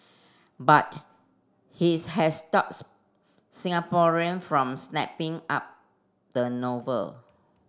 but his has stops Singaporean from snapping up the novel